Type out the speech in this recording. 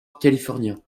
california